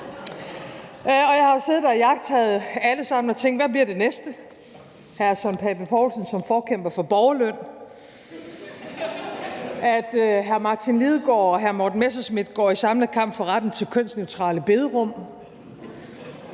jeg har siddet og iagttaget alle og sådan tænkt: Hvad bliver det næste – at hr. Søren Pape Poulsen bliver forkæmper for borgerløn, at hr. Martin Lidegaard og hr. Morten Messerschmidt går i samlet kamp for retten til kønsneutrale bederum,